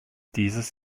dieses